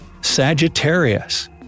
Sagittarius